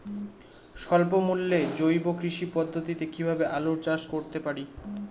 স্বল্প মূল্যে জৈব কৃষি পদ্ধতিতে কীভাবে আলুর চাষ করতে পারি?